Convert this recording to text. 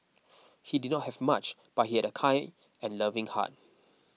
he did not have much but he had a kind and loving heart